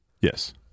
Yes